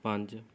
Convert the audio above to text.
ਪੰਜ